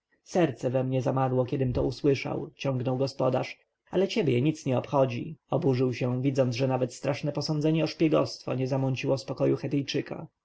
serce we mnie zamarło kiedym to usłyszał ciągnął gospodarz ale ciebie nic nie obchodzi oburzył się widząc że nawet straszne posądzenie o szpiegostwo nie zamąciło spokoju chetyjczyka